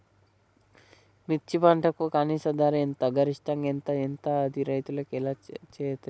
మిర్చి పంటకు కనీస ధర ఎంత గరిష్టంగా ధర ఎంత అది రైతులకు ఎలా తెలుస్తది?